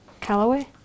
Callaway